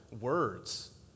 words